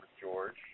George